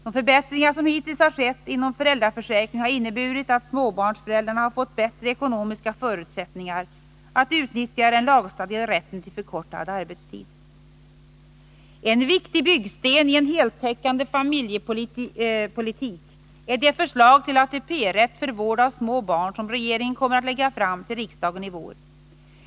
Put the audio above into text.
De förbättringar som hittills har skett inom föräldraförsäkringen har inneburit att småbarnsföräldrarna har fått bättre ekonomiska förutsättningar att utnyttja den lagstadgade rätten till förkortad arbetstid. En viktig byggsten i en heltäckande familjepolitik är det förslag till ATP-rätt för vård av små barn som regeringen kommer att lägga fram till riksdagen i vår.